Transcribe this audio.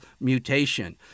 mutation